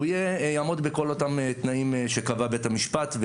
הוא יעמוד בכל אותם תנאים שקבע בית המשפט.